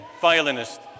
violinist